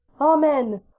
Amen